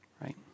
right